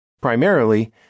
Primarily